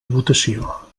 votació